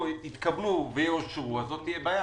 קיבלתי מכתב מאורנה בכור, יושבת-ראש הדירקטוריון.